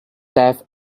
death